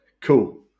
Cool